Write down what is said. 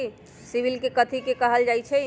CIBIL कथि के काहल जा लई?